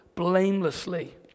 Blamelessly